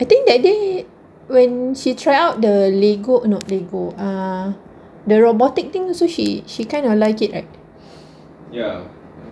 I think that day when she try out the lego not lego ah the robotic thing so she she kind of like it right